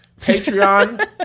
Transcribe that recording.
Patreon